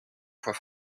fois